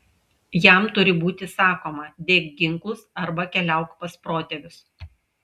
jam turi būti sakoma dėk ginklus arba keliauk pas protėvius